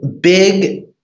big